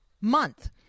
Month